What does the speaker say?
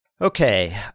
Okay